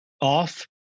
off